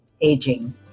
Aging